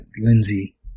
Lindsay